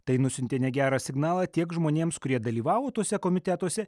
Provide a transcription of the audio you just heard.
tai nusiuntė negerą signalą tiek žmonėms kurie dalyvavo tuose komitetuose